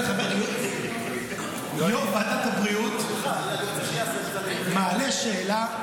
יושב-ראש ועדת הבריאות מעלה שאלה,